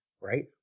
right